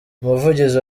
umuvugizi